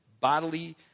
bodily